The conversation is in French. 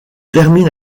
termine